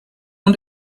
und